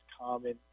common